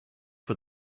for